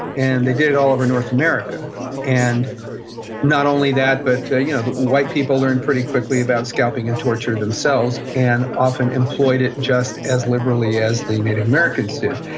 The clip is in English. and they did it all over north america and not only that, but you know the white people learned pretty quickly about scalping and torture themselves, and often employed it just as liberally as the native americans did.